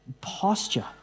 posture